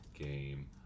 game